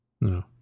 No